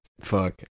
Fuck